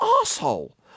asshole